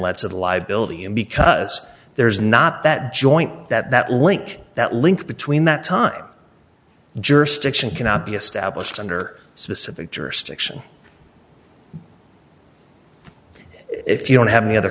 the liability and because there's not that joint that link that link between that time jurisdiction cannot be established under specific jurisdiction if you don't have any other